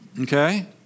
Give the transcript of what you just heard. Okay